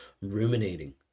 ruminating